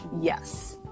yes